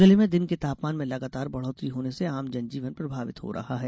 जिले में दिन के तापमान में लगातार बढ़ौतरी होने से आम जनजीवन प्रभावित हो रहा है